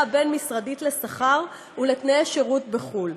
הבין-משרדית לשכר ולתנאי שירות בחו"ל.